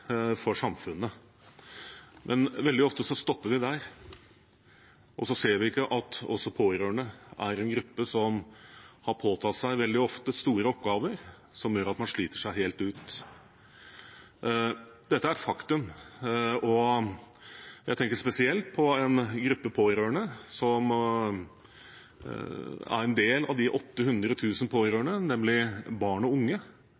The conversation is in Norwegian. og samfunnet. Men veldig ofte stopper vi der, og så ser vi ikke at også pårørende er en gruppe som veldig ofte påtar seg så store oppgaver at de sliter seg helt ut. Dette er et faktum. Jeg tenker spesielt på en gruppe pårørende som er en del av de 800 000 pårørende, nemlig barn og unge.